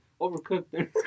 overcooked